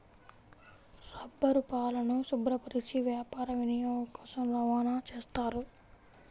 రబ్బరుపాలను శుభ్రపరచి వ్యాపార వినియోగం కోసం రవాణా చేస్తారు